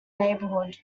neighborhood